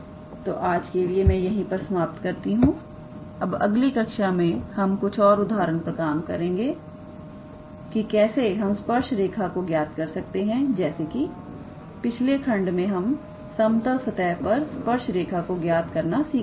तो आज के लिए मैं यहीं पर समाप्त करती हूं अब अगली कक्षा में हम कुछ और उदाहरण पर काम करेंगे कि कैसे हम स्पर्श रेखा को ज्ञात कर सकते हैं जैसे कि पिछले खंड में हम समतल सतह पर स्पर्श रेखा को ज्ञात करना सीख चुके हैं